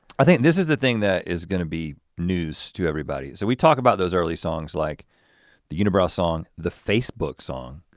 i think this is the thing that is gonna be news to everybody. so we talked about those early songs like the unibrow song, the facebook song.